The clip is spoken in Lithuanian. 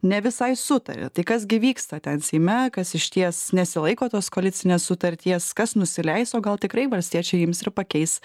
ne visai sutaria tai kas gi vyksta ten seime kas išties nesilaiko tos koalicinės sutarties kas nusileis o gal tikrai valstiečiai ims ir pakeis